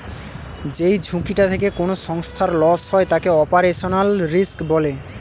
যেই ঝুঁকিটা থেকে কোনো সংস্থার লস হয় তাকে অপারেশনাল রিস্ক বলে